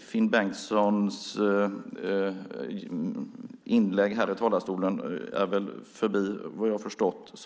Finn Bengtsson har inga inlägg kvar här i talarstolen, vad jag har förstått.